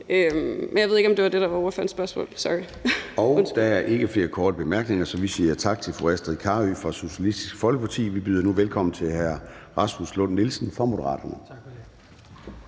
men jeg ved ikke, om det var det, der var ordførerens spørgsmål, undskyld. Kl. 14:21 Formanden (Søren Gade): Der er ikke flere korte bemærkninger, så vi siger tak til fru Astrid Carøe fra Socialistisk Folkeparti. Vi byder nu velkommen til hr. Rasmus Lund-Nielsen fra Moderaterne. Kl.